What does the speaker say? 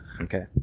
Okay